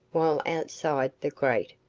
while outside the great,